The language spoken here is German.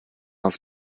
auf